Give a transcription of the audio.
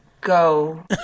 go